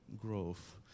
growth